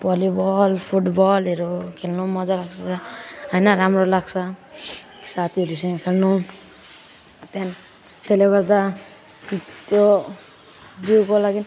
volleyball फुटबलहरू खेल्नु साह्रै मजा लाग्छ होइन राम्रो लाग्छ साथीहरूसँग खेल्नु त्यहाँ त्यसले गर्दा त्यो जिउको लागि